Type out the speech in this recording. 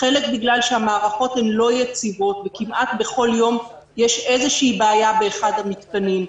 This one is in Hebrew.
גם כי המערכות לא יציבות וכמעט בכל יום יש איזו בעיה באחד המתקנים,